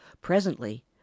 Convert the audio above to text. Presently